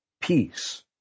peace